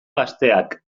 gazteak